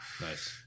nice